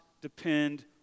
depend